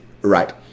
Right